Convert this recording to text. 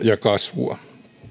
ja kasvua